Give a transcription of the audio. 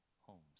homes